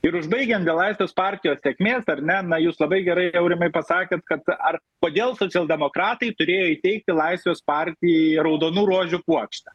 ir užbaigiant dėl laisvės partijos sėkmės ar ne na jūs labai gerai aurimai pasakėt kad ar kodėl socialdemokratai turėjo įteikti laisvės partijai raudonų rožių puokštę